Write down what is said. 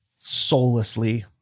Soullessly